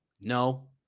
No